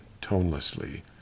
tonelessly